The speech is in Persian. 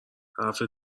حرف